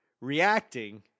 reacting